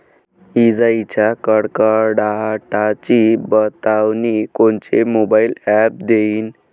इजाइच्या कडकडाटाची बतावनी कोनचे मोबाईल ॲप देईन?